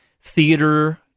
theater